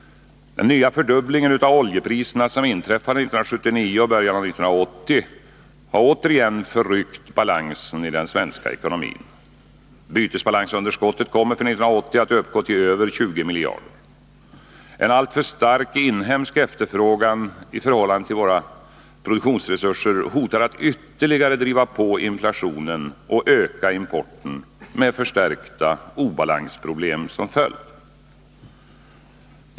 Den nya fördubbling av oljepriserna som inträffade 1979 och i början av 1980 har återigen förryckt balansen i den svenska ekonomin. Bytesbalansunderskottet kommer för 1980 att uppgå till över 20 miljarder. En alltför stark inhemsk efterfrågan i förhållande till våra produktionsresurser hotar att ytterligare driva på inflationen och öka importen, med förstärkta obalansproblem som följd.